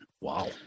Wow